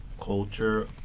culture